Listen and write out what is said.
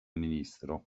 ministro